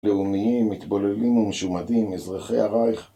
לאומיים, מתבוללים ומשומדים, אזרחי הרייך